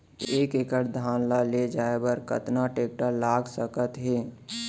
एक एकड़ धान ल ले जाये बर कतना टेकटर लाग सकत हे?